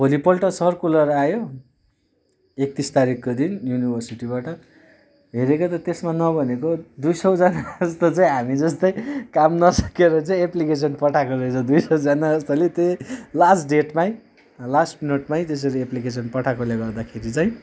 भोलिपल्ट सर्कुलर आयो एकतिस तारिकको दिन युनिभर्सिटीबाट हेरेको त त्यसमा नभनेको दुई सयजना जस्तो चाहिँ हामीजस्तै काम नसकेर चाहिँ एप्लिकेसन पठाएको रहेछ दुई सयजना जस्तोले चाहिँ लास्ट डेटमै लास्ट मिनटमै त्यसरी एप्लिकेसन पठाएकोले गर्दाखेरि चाहिँ